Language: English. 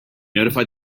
notified